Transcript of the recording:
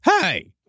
Hey